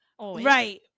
right